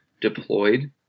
deployed